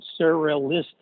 surrealistic